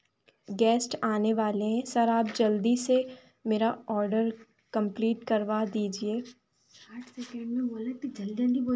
guest आने वाले हैं सर आप जल्दी से मेरा ऑर्डर कम्पलीट करवा दीजिए साठ सेकंड में बोलना है तो जल्दी जल्दी बोलो